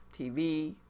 tv